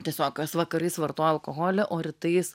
tiesiog jos vakarais vartoja alkoholį o rytais